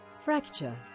Fracture